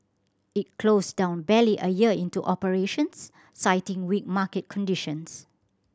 it closed down barely a year into operations citing weak market conditions